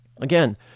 Again